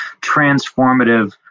transformative